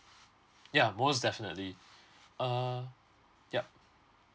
ya most definitely err yup